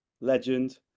legend